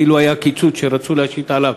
אילו היה הקיצוץ שרצו להשית עליו,